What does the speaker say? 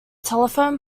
telephone